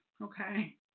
Okay